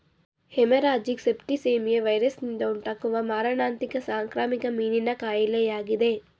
haemorrhagic septicaemia ವೈರಸ್ನಿಂದ ಉಂಟಾಗುವ ಮಾರಣಾಂತಿಕ ಸಾಂಕ್ರಾಮಿಕ ಮೀನಿನ ಕಾಯಿಲೆಯಾಗಿದೆ